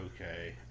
okay